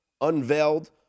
unveiled